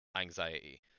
anxiety